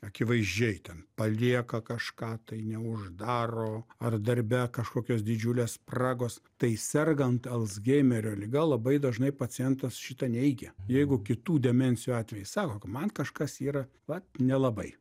akivaizdžiai ten palieka kažką tai neuždaro ar darbe kažkokios didžiulės spragos tai sergant alzheimerio liga labai dažnai pacientas šitą neigia jeigu kitų demencijų atvejai sako kad man kažkas yra vat nelabai